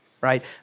right